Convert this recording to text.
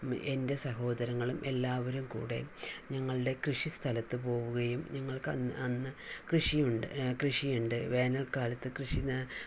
എൻ്റെ സഹോദരങ്ങളും എല്ലാവരും കൂടി ഞങ്ങളുടെ കൃഷി സ്ഥലത്തു പോകുകയും ഞങ്ങൾക്ക് അന്ന് അന്ന് കൃഷി ഉണ്ട് കൃഷി ഉണ്ട് വേനൽക്കാലത്തു കൃഷി